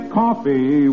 coffee